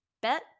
bet